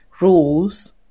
rules